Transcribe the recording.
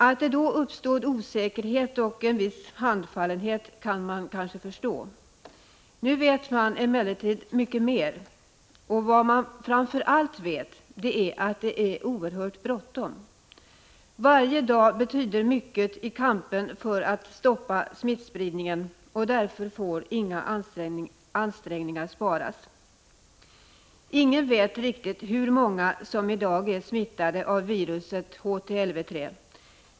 Att det då uppstod osäkerhet och en viss handfallenhet kan man förstå. Nu vet man emellertid mycket mer. Vad man framför allt vet är att det är oerhört bråttom. Varje dag betyder mycket i kampen för att stoppa smittspridningen, och därför får inga ansträngningar sparas. Ingen vet riktigt hur många som i dag är smittade av viruset HTLV 3.